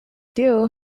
ideal